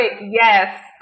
Yes